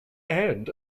and